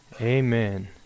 Amen